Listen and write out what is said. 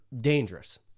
dangerous